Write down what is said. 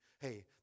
hey